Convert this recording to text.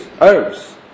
herbs